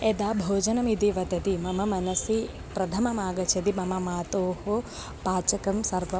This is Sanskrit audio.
यदा भोजनम् इति वदति मम मनसि प्रथमम् आगच्छति मम मातुः पाचकं सर्वम्